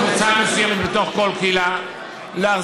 " או כל קבוצה מסוימת בתוך כל קהילה להחזיק